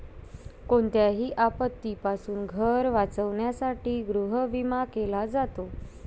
कोणत्याही आपत्तीपासून घर वाचवण्यासाठी गृहविमा केला जातो